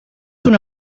una